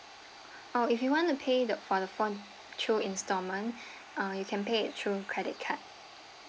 oh if you want to pay the for the phone through installment uh you can pay through credit card